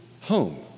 home